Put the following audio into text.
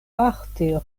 parte